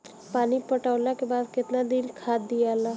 पानी पटवला के बाद केतना दिन खाद दियाला?